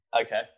Okay